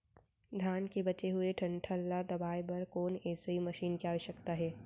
धान के बचे हुए डंठल ल दबाये बर कोन एसई मशीन के आवश्यकता हे?